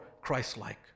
Christ-like